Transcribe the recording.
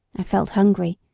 i felt hungry,